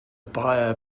buyer